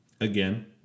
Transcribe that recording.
again